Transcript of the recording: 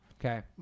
Okay